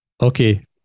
Okay